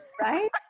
Right